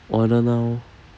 order now orh